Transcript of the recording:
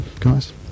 guys